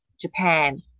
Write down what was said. Japan